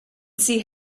see